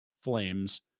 flames